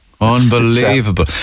Unbelievable